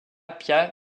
pia